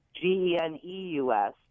G-E-N-E-U-S